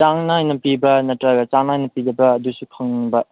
ꯆꯥꯡ ꯅꯥꯏꯅ ꯄꯤꯕ꯭ꯔꯥ ꯅꯠꯇ꯭ꯔꯒ ꯆꯥꯡ ꯅꯥꯏꯅ ꯄꯤꯗꯕ꯭ꯔꯥ ꯑꯗꯨꯁꯨ ꯈꯪꯅꯤꯡꯕ